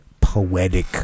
poetic